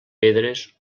pedres